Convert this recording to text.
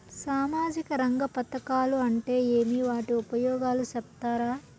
సామాజిక రంగ పథకాలు అంటే ఏమి? వాటి ఉపయోగాలు సెప్తారా?